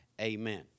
amen